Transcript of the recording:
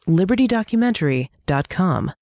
libertydocumentary.com